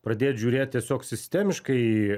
pradėt žiūrėt tiesiog sistemiškai